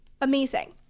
amazing